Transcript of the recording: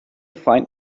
find